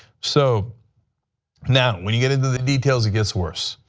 so now, when you get into the details it gets worse.